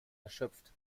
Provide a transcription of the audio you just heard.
erschöpft